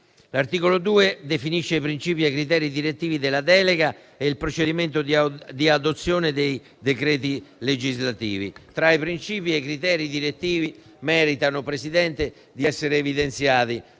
L'articolo 2 definisce i princìpi e i criteri direttivi della delega e il procedimento di adozione dei decreti legislativi. Signor Presidente, tra i princìpi e i criteri direttivi, merita di essere evidenziata